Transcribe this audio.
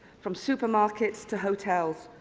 from supermarkets to hotels,